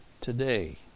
today